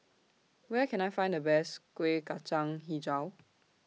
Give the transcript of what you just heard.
Where Can I Find The Best Kueh Kacang Hijau